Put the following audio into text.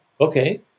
Okay